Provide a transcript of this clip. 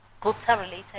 Gupta-related